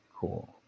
cool